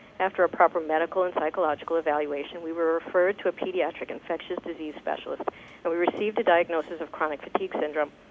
after a proper medical and psychological evaluation, we were referred to a pediatric infectious disease specialist and we received a diagnosis of chronic fatigue syndrome.